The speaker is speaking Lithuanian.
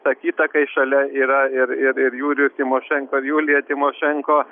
tą kitą kai šalia yra ir ir ir jurijus tymošenko ir julija tymošenko